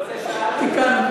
אני שאלתי רק,